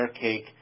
Cake